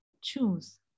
choose